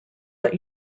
but